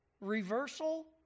reversal